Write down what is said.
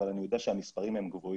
אבל אני יודע שהמספרים הם גבוהים